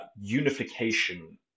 unification